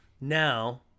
now